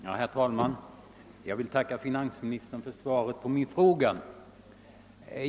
Herr talman! Jag vill tacka finansministern för svaret på min fråga.